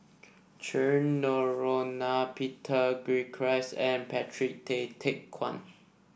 Cheryl Noronha Peter Gilchrist and Patrick Tay Teck Guan